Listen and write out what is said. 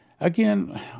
Again